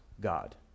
God